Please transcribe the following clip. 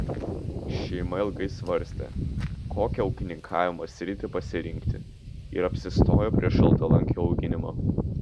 šeima ilgai svarstė kokią ūkininkavimo sritį pasirinkti ir apsistojo prie šaltalankių auginimo